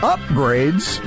Upgrades